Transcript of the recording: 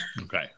Okay